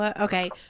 Okay